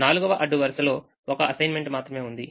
4వ అడ్డు వరుసలో 1 అసైన్మెంట్ మాత్రమే ఉంది